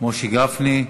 משה גפני?